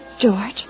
George